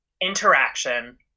interaction